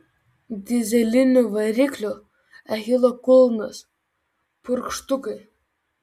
dyzelinių variklių achilo kulnas purkštukai